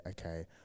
okay